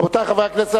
רבותי חברי הכנסת,